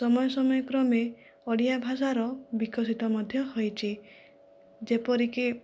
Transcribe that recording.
ସମୟ ସମୟ କ୍ରମେ ଓଡ଼ିଆ ଭାଷାର ବିକଶିତ ମଧ୍ୟ ହୋଇଛି ଯେପରି କି